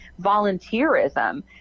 volunteerism